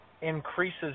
increases